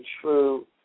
True